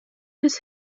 his